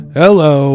hello